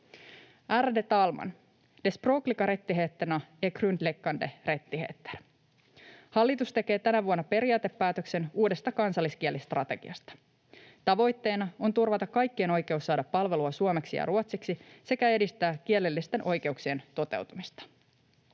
Ärade talman! De språkliga rättigheterna är grundläggande rättigheter. Hallitus tekee tänä vuonna periaatepäätöksen uudesta kansalliskielistrategiasta. Tavoitteena on turvata kaikkien oikeus saada palvelua suomeksi ja ruotsiksi sekä edistää kielellisten oikeuksien toteutumista.